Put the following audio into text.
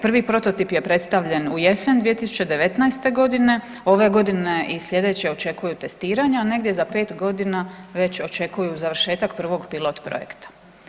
Prvi prototip je predstavljen u jesen 2019. godine, ove godine i slijedeće očekuju testiranja, negdje za 5 godina već očekuju završetak prvo pilot projekta.